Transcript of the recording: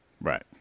Right